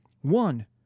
One